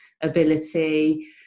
ability